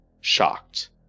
shocked